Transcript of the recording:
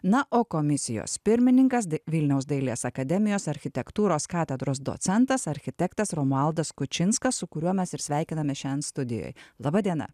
na o komisijos pirmininkas vilniaus dailės akademijos architektūros katedros docentas architektas romualdas kučinskas su kuriuo mes ir sveikinamės šiandien studijoj laba diena